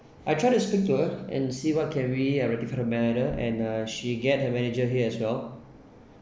I try to speak to her and see what can we uh rectify the matter and uh she get her manager here as well